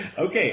Okay